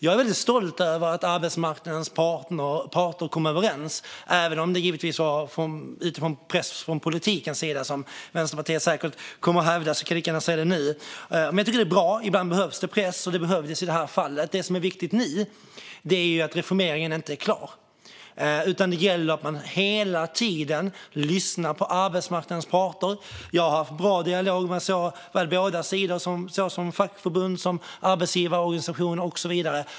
Jag är väldigt stolt över att arbetsmarknadens parter kom överens, även om det givetvis var under press från politikens sida, vilket Vänsterpartiet säkert kommer att framhålla, så jag säger det redan nu. Men jag tycker att det är bra. Ibland behövs det press, och det behövdes i det här fallet. Det som är viktigt nu är att reformeringen inte är klar. Det gäller att man hela tiden lyssnar på arbetsmarknadens parter. Jag har haft bra dialog med båda sidor som fackförbund och arbetsgivarorganisationer och så vidare.